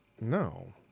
No